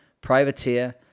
privateer